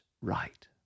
right